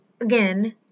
Again